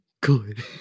good